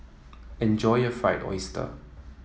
enjoy your Fried Oyster